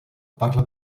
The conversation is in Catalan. parla